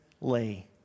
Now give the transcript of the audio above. lay